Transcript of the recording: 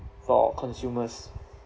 for consumers